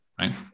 right